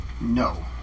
No